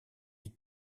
est